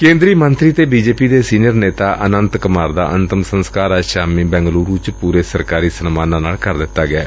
ਕੇਂਦਰੀ ਮੰਤਰੀ ਅਤੇ ਬੀ ਜੇ ਪੀ ਦੇ ਸੀਨੀਅਰ ਨੇਤਾ ਅਨੰਤ ਕੁਮਾਰ ਦਾ ਅੰਤਮ ਸੰਸਕਾਰ ਚ ਪੁਰੇ ਸਰਕਾਰੀ ਸਨਮਾਨਾਂ ਨਾਲ ਕਰ ਦਿੱਤਾ ਗਿਐ